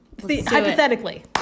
hypothetically